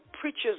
Preacher's